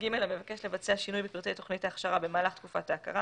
המבקש לבצע שינוי בפרטי תוכנית ההכשרה במהלך תקופת ההכרה